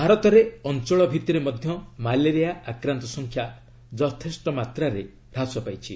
ଭାରତରେ ଅଞ୍ଚଳଭିଭିରେ ମଧ୍ୟ ମ୍ୟାଲେରିଆ ଆକ୍ରାନ୍ତ ସଂଖ୍ୟା ଯଥେଷ୍ଟ ମାତ୍ରାରେ ହ୍ରାସ ପାଇଛି